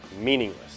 meaningless